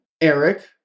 eric